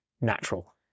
natural